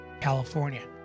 California